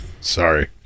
Sorry